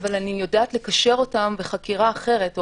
אבל אני יודעת לקשר אותם בחקירה אחרת.